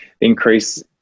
increase